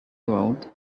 road